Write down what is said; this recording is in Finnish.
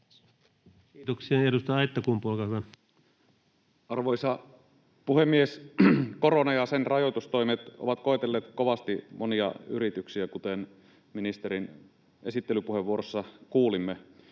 Arvoisa puhemies! Korona ja sen rajoitustoimet ovat koetelleet kovasti monia yrityksiä, kuten ministerin esittelypuheenvuorossa kuulimme.